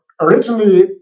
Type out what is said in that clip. originally